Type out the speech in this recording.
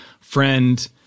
friend